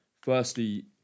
firstly